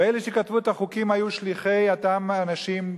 ואלה שכתבו את החוקים היו שליחי אותם אנשים,